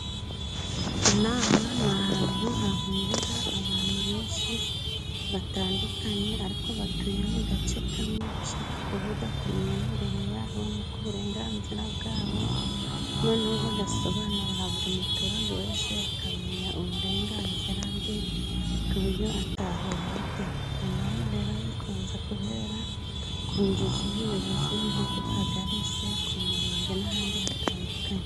Inama n'ahantu hahuriyeho abantu benshi batandukanye, ariko batuye mu gace kamwe bashaka kuvuga ku myemerere yabo no ku burenganzira bwabo. Noneho bagasobanurira buri muturage wese akamenya uburenganzira bwe ku buryo atahohoterwa, mu nama rero zikunze kubera kunzu z'ubuyobozi, nko ku kagari cyangwa se ku mirenge n'ahandi hatandukanye.